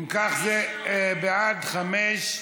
מי שלא עושה את העבודה, אם כך, בעד, חמישה,